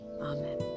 Amen